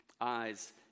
eyes